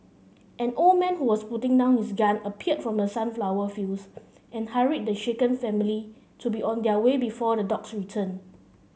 an old man who was putting down his gun appeared from the sunflower fields and hurried the shaken family to be on their way before the dogs return